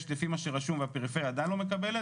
לפי מה שרשום הפריפריה עדיין לא מקבלת